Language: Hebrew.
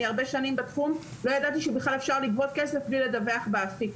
אני הרבה שנים בתחום ולא ידעתי שבכלל אפשר לגבות כסף בלי לדווח באפיק.